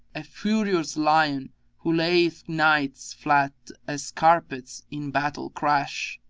a furious lion who layeth knights flat as carpets in battle-crash.